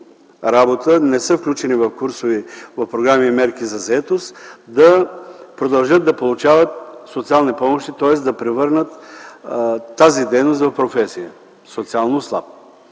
работа, не са включени в курсове, в програми и мерки за заетост, да продължат да получават социални помощи, тоест да превърнат тази дейност в професия социално слаб?